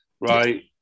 Right